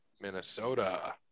Minnesota